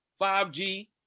5G